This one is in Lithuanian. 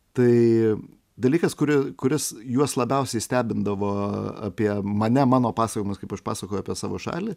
tai dalykas kuri kuris juos labiausiai stebindavo apie mane mano pasakojimas kaip aš pasakojau apie savo šalį